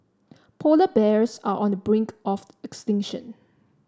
polar bears are on the brink of extinction